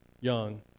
young